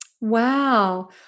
Wow